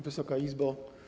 Wysoka Izbo!